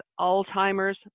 Alzheimer's